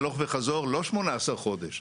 הלוך וחזור לא 18 חודש.